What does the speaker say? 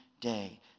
day